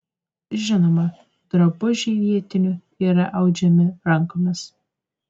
žinoma drabužiai vietinių yra audžiami rankomis